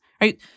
right